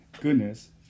goodness